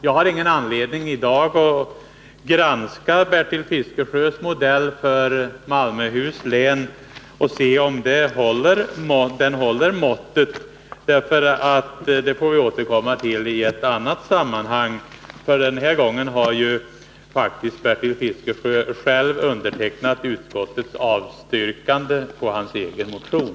Jag har ingen anledning att i dag granska Bertil Fiskesjös modell för Malmöhus län för att se om den håller måttet. Det får vi återkomma till i ett annat sammanhang. Denna gång har nämligen Bertil Fiskesjö faktiskt själv undertecknat utskottets avstyrkan av hans egen motion.